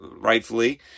rightfully